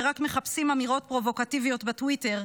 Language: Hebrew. שרק מחפשים אמירות פרובוקטיביות בטוויטר,